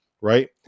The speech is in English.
right